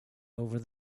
over